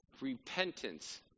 repentance